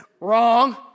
Wrong